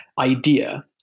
idea